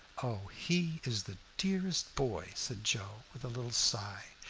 oh, he is the dearest boy, said joe, with a little sigh,